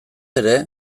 ere